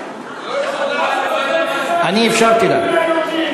אני אפשרתי לה.